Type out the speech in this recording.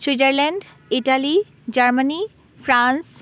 Switzerland Italy Germany France